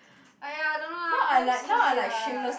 !aiya! don't know lah damn stupid lah